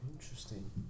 interesting